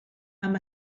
amb